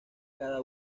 cada